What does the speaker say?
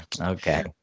Okay